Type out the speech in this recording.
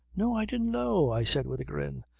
no, i didn't know, i said with a grin.